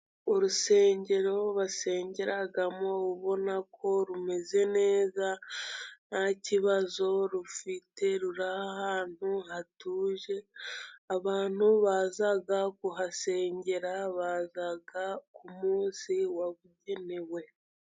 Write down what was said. Urusengero basengeramo ubona ko rumeze neza ntakibazo rufite, ruri ahantu hatuje abantu baza kuhasengera baza ku munsi wabugenewe.